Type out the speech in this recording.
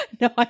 No